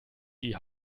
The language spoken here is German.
die